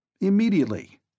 Immediately